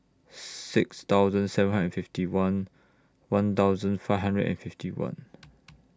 six thousand seven hundred and fifty one one thousand five hundred and fifty one